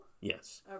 Yes